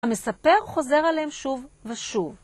המספר חוזר עליהם שוב ושוב.